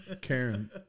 Karen